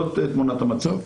זאת תמונת המצב.